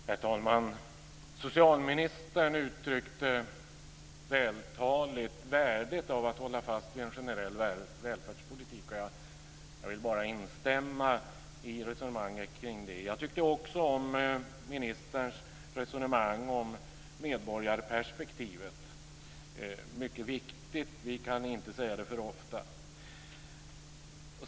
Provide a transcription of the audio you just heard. Herr talman! Socialministern uttryckte vältaligt värdet av att hålla fast vid en generell välfärdspolitik. Jag vill instämma i resonemanget. Jag tyckte också om ministerns resonemang om medborgarperspektivet. Det är mycket viktigt, och vi kan inte säga det för ofta.